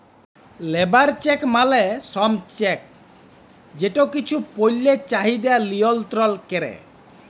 labour check মালে শ্রম check যেট কিছু পল্যের চাহিদা লিয়লত্রল ক্যরে